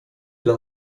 dla